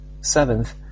Seventh